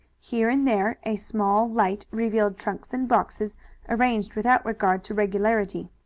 here and there a small light revealed trunks and boxes arranged without regard to regularity.